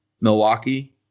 Milwaukee